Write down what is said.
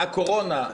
הקורונה.